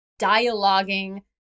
dialoguing